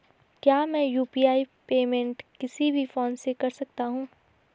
क्या मैं UPI payment किसी भी फोन से कर सकता हूँ?